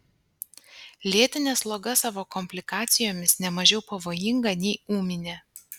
lėtinė sloga savo komplikacijomis ne mažiau pavojinga nei ūminė